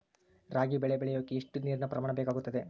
ರಾಗಿ ಬೆಳೆ ಬೆಳೆಯೋಕೆ ಎಷ್ಟು ನೇರಿನ ಪ್ರಮಾಣ ಬೇಕಾಗುತ್ತದೆ?